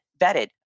vetted